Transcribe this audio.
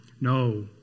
No